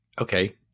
okay